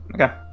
Okay